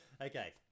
Okay